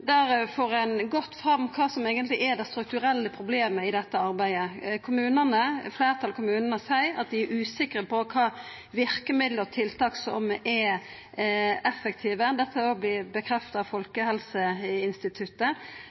der får ein godt fram kva som eigentleg er det strukturelle problemet i dette arbeidet. Fleirtalet av kommunane seier at dei er usikre på kva for verkemiddel og tiltak som er effektive. Dette vert òg bekrefta av Folkehelseinstituttet.